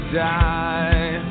die